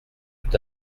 tout